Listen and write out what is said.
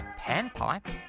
panpipe